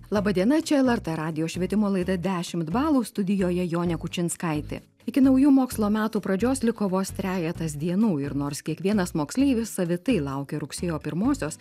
laba diena čia lrt radijo švietimo laida dešimt balų studijoje jonė kučinskaitė iki naujų mokslo metų pradžios liko vos trejetas dienų ir nors kiekvienas moksleivis savitai laukia rugsėjo pirmosios